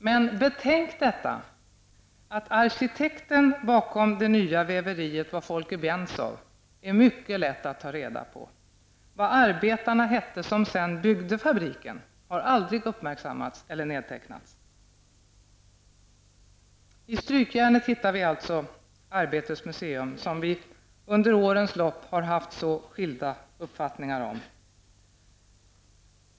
Men betänk detta: Att arkitekten bakom det nya väveriet var Folke Bensow är det mycket lätt att ta reda på. Vad arbetarna hette som sedan byggde fabriken har aldrig uppmärksammats eller nedtecknats. I Strykjärnet hittar vi alltså Arbetets museum, som vi under årens lopp har haft så skilda uppfattningar om.